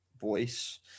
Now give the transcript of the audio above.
Voice